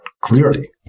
clearly